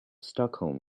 stockholm